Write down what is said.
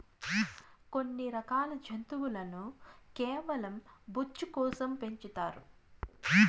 కొన్ని రకాల జంతువులను కేవలం బొచ్చు కోసం పెంచుతారు